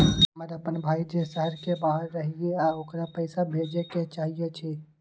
हमर अपन भाई जे शहर के बाहर रहई अ ओकरा पइसा भेजे के चाहई छी